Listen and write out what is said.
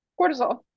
cortisol